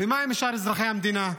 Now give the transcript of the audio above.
ומה עם שאר אזרחי המדינה?